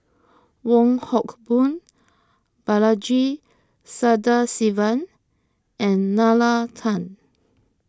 Wong Hock Boon Balaji Sadasivan and Nalla Tan